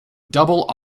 double